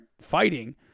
fighting